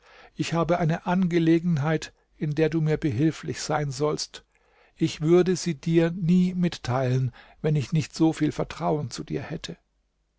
ich habe eine angelegenheit in der du mir behilflich sein sollst ich würde sie dir nie mitteilen wenn ich nicht so viel vertrauen zu dir hätte